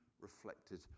reflected